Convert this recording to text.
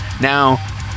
Now